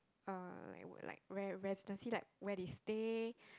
uh like what residency like where they stay